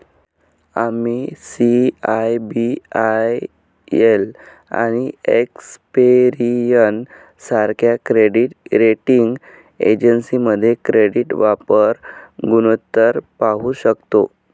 आम्ही सी.आय.बी.आय.एल आणि एक्सपेरियन सारख्या क्रेडिट रेटिंग एजन्सीमध्ये क्रेडिट वापर गुणोत्तर पाहू शकतो